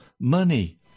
money